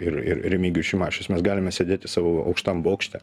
ir ir remigijus šimašius mes galime sėdėti savo aukštam bokšte